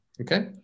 Okay